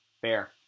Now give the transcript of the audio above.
Fair